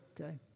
okay